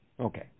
Okay